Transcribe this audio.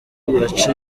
agace